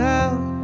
out